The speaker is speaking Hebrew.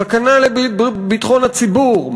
סכנה לביטחון הציבור.